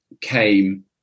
came